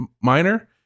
minor